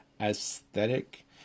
aesthetic